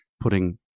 putting